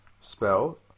Spell